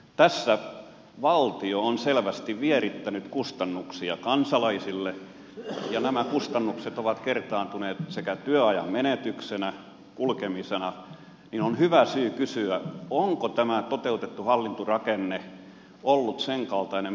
tässä valtio on selvästi vierittänyt kustannuksia kansalaisille ja nämä kustannukset ovat kertaantuneet työajan menetyksenä ja kulkemisena niin että on hyvä syy kysyä onko tämä toteutettu hallintorakenne ollut sen kaltainen mitä on tavoiteltu